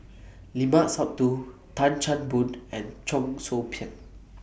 Limat Sabtu Tan Chan Boon and Cheong Soo Pieng